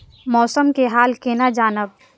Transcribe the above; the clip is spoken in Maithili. मौसम के हाल केना जानब?